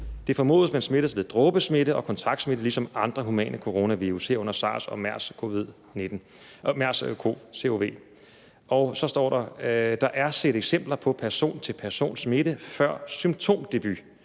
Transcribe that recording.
Det formodes, at man smittes ved dråbesmitte og kontaktsmitte ligesom ved andre humane coronavirus, herunder SARS-Cov og MERS-CoV. Og så står der: Der er set eksempler på person til person-smitte før symptomdebut,